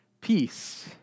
Peace